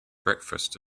breakfast